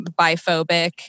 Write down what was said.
biphobic